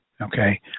Okay